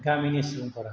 गामिनि सुबुंफोरा